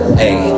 hey